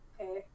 Okay